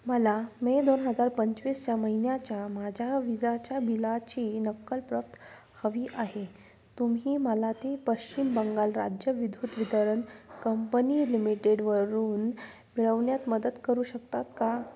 मला मे दोन हजार पंचवीसच्या महिन्याच्या माझ्या विजाच्या बिलाची नक्कल प्रत हवी आहे तुम्ही मला ती पश्चिम बंगाल राज्य विद्युत विदरण कंपनी लिमिटेडवरून मिळवण्यात मदत करू शकतात का